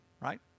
right